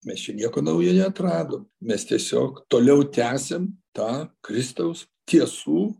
mes čia nieko naujo neatradom mes tiesiog toliau tęsiam tą kristaus tiesų